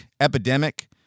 epidemic